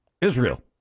Israel